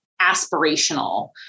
aspirational